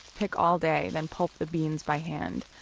pick all day, then pulp the beans by hand,